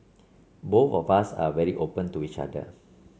both of us are very open to each other